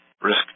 Risk